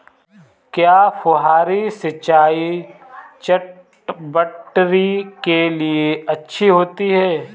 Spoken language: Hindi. क्या फुहारी सिंचाई चटवटरी के लिए अच्छी होती है?